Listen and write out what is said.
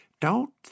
Don't